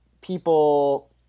people